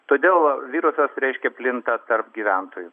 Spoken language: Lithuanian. todėl virusas reiškia plinta tarp gyventojų